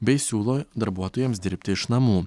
bei siūlo darbuotojams dirbti iš namų